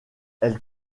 elle